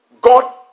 God